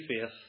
faith